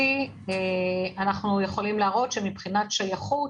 אנחנו יכולים לראות שמבחינת שייכות,